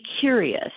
curious